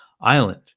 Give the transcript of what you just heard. island